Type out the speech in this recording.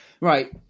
right